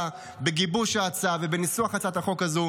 בגיבוש ההצעה ובניסוח הצעת החוק הזו.